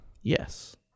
Yes